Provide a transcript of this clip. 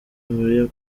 muri